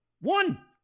One